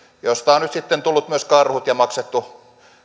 josta on nyt sitten tullut myös karhut ja maksettu